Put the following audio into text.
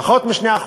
פחות מ-2%.